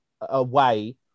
away